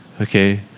Okay